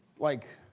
like,